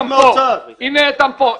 איתן פה,